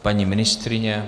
Paní ministryně?